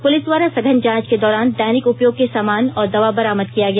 police द्वारा सघन जांच के दौरान दैनिक उपयोग के सामान और दवा बरामद किया गया